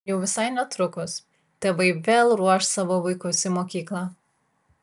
jau visai netrukus tėvai vėl ruoš savo vaikus į mokyklą